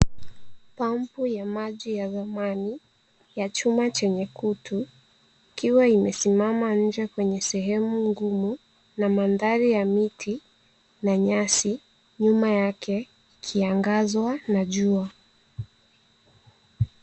Pampu ya maji ya zamani ya chuma chenye kutu ikiwa imesimama nje kwenye sehemu ngumu na mandhari ya miti na nyasi nyuma yake kiangazwa na jua.